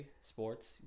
sports